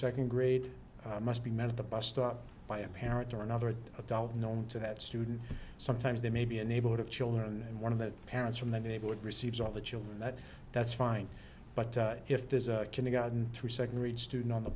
second grade must be met at the bus stop by a parent or another adult known to that student sometimes they may be a neighborhood of children and one of the parents from the neighborhood receives all the children that that's fine but if there's a can it gotten through second rate student on the